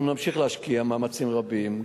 אנחנו נמשיך להשקיע מאמצים רבים,